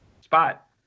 spot